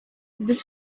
this